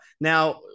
Now